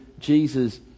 jesus